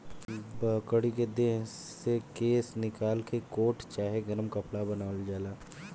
बकरी के देह से केश निकाल के कोट चाहे गरम कपड़ा बनावल जाला